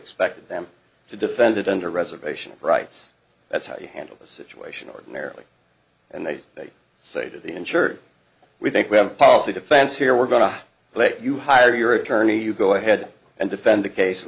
expected them to defend it under reservation rights that's how you handle the situation ordinarily and they say to the insurer we think we have a policy defense here we're going to let you hire your attorney you go ahead and defend the case